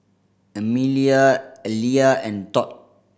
Amelia Aleah and Todd